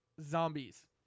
Zombies